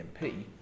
MP